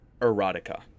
erotica